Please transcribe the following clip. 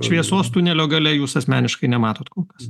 šviesos tunelio gale jūs asmeniškai nematot kolkas